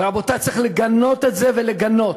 ורבותי, צריך לגנות את זה ולגנות,